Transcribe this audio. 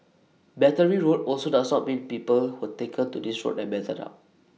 Battery Road also does not mean people were taken to this road and battered up